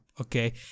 okay